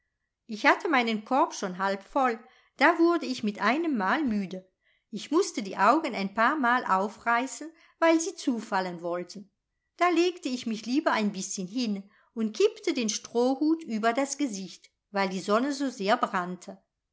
ich hatte meinen korb schon halb voll da wurde ich mit einem mal müde ich mußte die augen ein paarmal aufreißen weil sie zufallen wollten da legte ich mich lieber ein bißchen hin und kippte den strohhut über das gesicht weil die sonne so sehr brannte